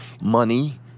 money